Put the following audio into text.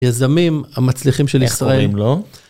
יזמים המצליחים של ישראל, איך קוראים לו?